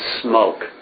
smoke